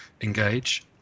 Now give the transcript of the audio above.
engage